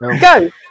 Go